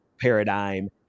paradigm